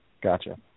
Gotcha